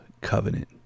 covenant